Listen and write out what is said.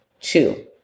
Two